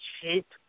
cheap